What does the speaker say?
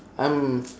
I'm